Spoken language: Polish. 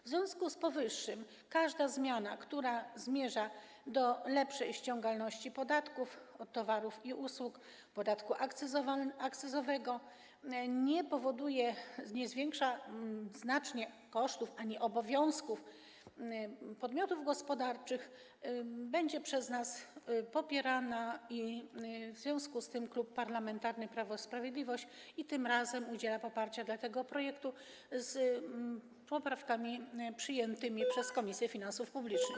W związku z powyższym każda zmiana, która zmierza do lepszej ściągalności podatku od towarów i usług oraz podatku akcyzowego, nie zwiększa znacznie kosztów ani obowiązków podmiotów gospodarczych, będzie przez nas popierana, w związku z czym Klub Parlamentarny Prawo i Sprawiedliwość i tym razem udziela poparcia dla tego projektu wraz z poprawkami przyjętymi przez Komisję Finansów Publicznych.